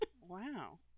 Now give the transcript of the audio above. Wow